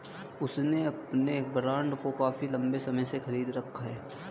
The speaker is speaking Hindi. उसने अपने बॉन्ड को काफी लंबे समय से खरीद रखा है